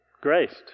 Graced